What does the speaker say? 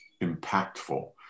impactful